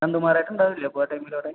ഉണ്ടാവില്ല അപ്പോൾ ആ ടൈമിൽ അവിടെ